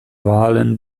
wahlen